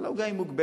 אבל העוגה מוגבלת.